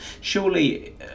surely